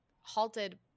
halted